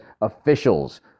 officials